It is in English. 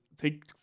take